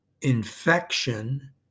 infection